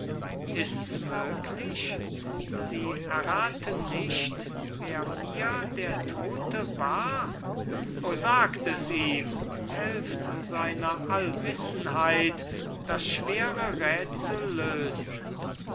ists möglich sie erraten nicht wer mir der tote war o sagt es ihm helft seiner allwissenheit das schwere rätsel lösen